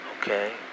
Okay